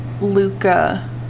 Luca